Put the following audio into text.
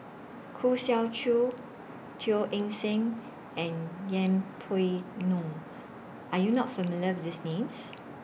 Khoo Swee Chiow Teo Eng Seng and Yeng Pway Ngon Are YOU not familiar with These Names